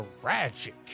Tragic